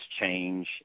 change